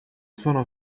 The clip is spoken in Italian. sono